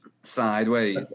sideways